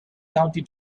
county